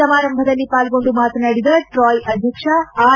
ಸಮಾರಂಭದಲ್ಲಿ ಪಾಲ್ಗೊಂಡು ಮಾತನಾಡಿದ ಟ್ರಾಯ್ ಅಧ್ಯಕ್ಷ ಆರ್